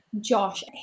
Josh